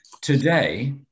Today